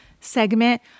segment